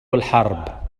الحرب